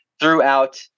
throughout